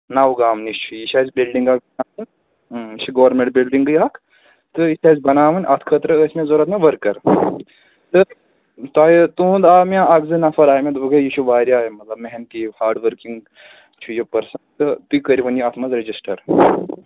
نوگام نِش چھُ یہِ چھِ اَسہِ بِلڈِنٛگ اَکھ یہِ چھِ گورمٮ۪نٛٹ بِلڈِنٛگٕے اَکھ تہٕ یہِ چھِ اَسہِ بَناوٕنۍ اَتھ خٲطرٕ ٲسۍ مےٚ ضروٗرت مےٚ ؤرکَر تہٕ تۄہہِ تُہُنٛد آو مےٚ اَکھ زٕ نَفر آیہِ مےٚ دوٚپ گٔے یہِ چھُ واریاہ مطلب محنتی ہارڈ ؤرکِنٛگ چھُ یہِ پٔرسَن تہٕ تُہۍ کٔرہوٗن یہِ اَتھ منٛز رجِسٹَر